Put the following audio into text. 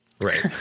right